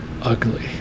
ugly